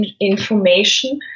information